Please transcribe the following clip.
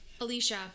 Alicia